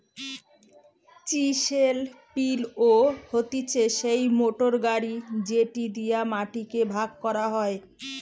chisel পিলও হতিছে সেই মোটর গাড়ি যেটি দিয়া মাটি কে ভাগ করা হয়